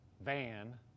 van